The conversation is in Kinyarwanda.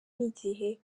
n’igihe